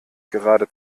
gerade